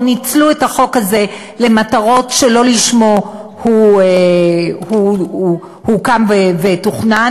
או שניצלו את החוק הזה למטרות שלא לשמן הוא הוקם ותוכנן.